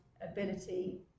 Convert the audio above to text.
ability